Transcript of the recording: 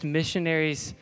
missionaries